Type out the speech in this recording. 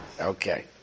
Okay